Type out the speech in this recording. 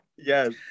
Yes